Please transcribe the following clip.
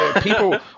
people